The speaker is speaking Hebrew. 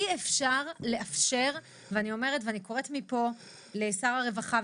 אני קוראת מפה לשר הרווחה,